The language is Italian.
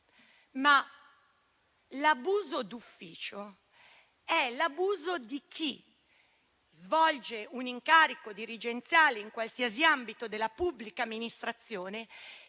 ma l'abuso d'ufficio è commesso da chi svolge un incarico dirigenziale in qualsiasi ambito della pubblica amministrazione